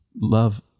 love